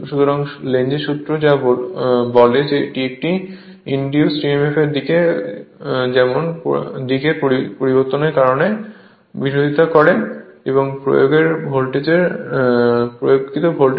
সুতরাং লেঞ্জের সূত্র যা বলে যে একটি ইন্ডিউজড emf এর দিক যেমন পরিবর্তনের বিরোধিতা করে যা অবশ্যই প্রয়োগকৃত ভোল্টেজ